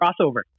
crossover